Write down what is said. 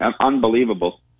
Unbelievable